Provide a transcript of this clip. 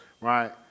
right